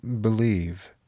believe